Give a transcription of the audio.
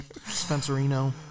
Spencerino